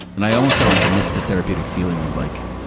and i almost kind of miss the therapeutic feeling of like,